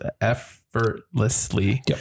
effortlessly